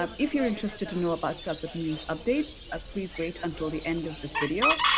um if you're interested to know about celpip news updates ah please wait until the end of this video,